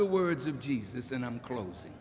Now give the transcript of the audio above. the words of jesus and i'm closing